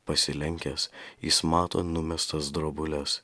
pasilenkęs jis mato numestas drobules